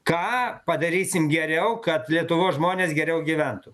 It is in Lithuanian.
ką padarysim geriau kad lietuvos žmonės geriau gyventų